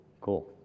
cool